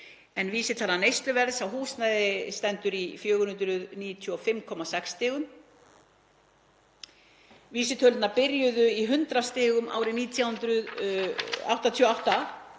en vísitala neysluverðs á húsnæði stendur í 495,6 stigum. Vísitölurnar byrjuðu í 100 stigum árið 1988.